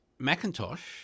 Macintosh